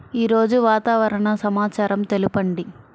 ఈరోజు వాతావరణ సమాచారం తెలుపండి